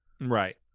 right